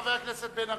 חבר הכנסת בן-ארי.